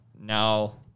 now